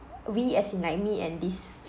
we as in like me and this